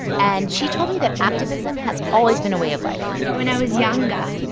and she told me that activism has always been a way of life when i was younger,